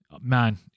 man